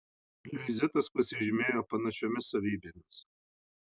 liuizitas pasižymėjo panašiomis savybėmis